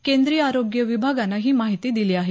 केंद्रीय आरोग्य विभागानं ही माहिती दिली आहे